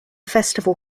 festival